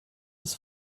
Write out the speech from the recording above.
des